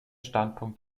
standpunkt